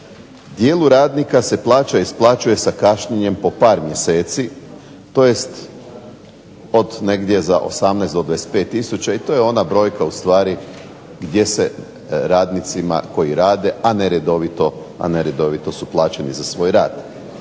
Dijelu radnika se plaća isplaćuje sa kašnjenjem po par mjeseci tj. od negdje za 18 do 25 tisuća i to je ona brojka ustvari gdje se radnicima koji rade, a neredovito su plaćeni za svoj rad.